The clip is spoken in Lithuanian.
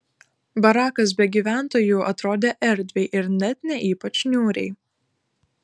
barakas be gyventojų atrodė erdviai ir net ne ypač niūriai